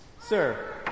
Sir